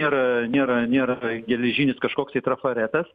nėra nėra nėra geležinis kažkoks tai trafaretas